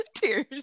tears